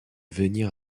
venir